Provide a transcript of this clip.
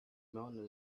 mountain